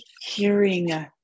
hearing